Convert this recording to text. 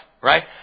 Right